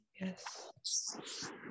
Yes